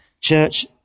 church